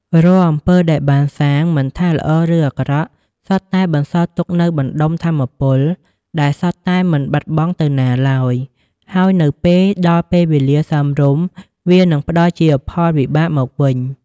រាល់អំពើដែលបានសាង មិនថាល្អឬអាក្រក់ សុទ្ធតែបន្សល់ទុកនូវបណ្តុំថាមពល ដែលសុទ្ធតែមិនបាត់បង់ទៅណាឡើយហើយនៅពេលដល់ពេលវេលាសមរម្យ វានឹងផ្ដល់ជាផលវិបាកមកវិញ។